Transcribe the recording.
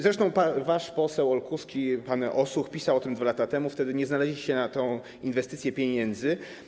Zresztą wasz poseł olkuski, pan Osuch, pisał o tym 2 lata temu, wtedy nie znaleźliście na tę inwestycję pieniędzy.